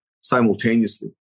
simultaneously